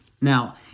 now